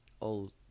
old